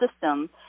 system